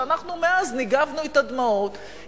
שאנחנו מאז ניגבנו את הדמעות,